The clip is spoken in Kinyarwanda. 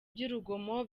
by’urugomo